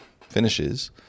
finishes